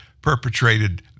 perpetrated